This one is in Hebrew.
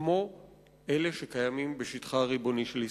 כמו אלה שקיימים בשטחה הריבוני של ישראל.